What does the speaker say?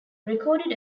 recorded